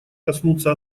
коснуться